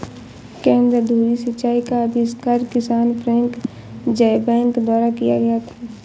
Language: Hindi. केंद्र धुरी सिंचाई का आविष्कार किसान फ्रैंक ज़ायबैक द्वारा किया गया था